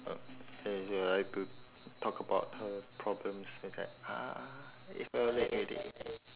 and she will like to talk about her problems it's like !huh! it's very late already